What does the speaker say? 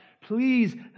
please